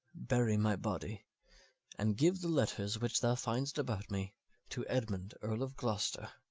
bury my body and give the letters which thou find'st about me to edmund earl of gloster